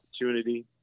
opportunity